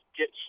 get